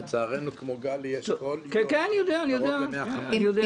לצערנו, כמו גלי יש כל יום קרוב ל-150.